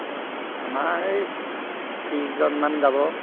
অঁ আমাৰ এই ত্ৰিছজনমান যাব